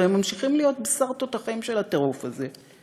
והם ממשיכים להיות בשר תותחים של הטירוף הזה.